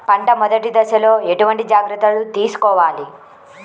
పంట మెదటి దశలో ఎటువంటి జాగ్రత్తలు తీసుకోవాలి?